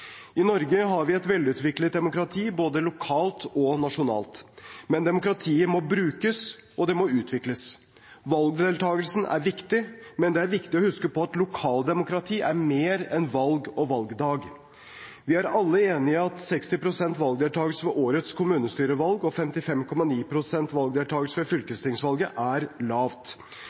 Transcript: I Norge har vi et velutviklet demokrati både lokalt og nasjonalt, men demokratiet må brukes og utvikles. Valgdeltakelse er viktig, men det er viktig å huske på at lokaldemokrati er mer enn valg og valgdag. Vi er alle enig i at 60 pst. valgdeltakelse ved årets kommunestyrevalg og 55,9 pst. valgdeltakelse